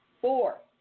Four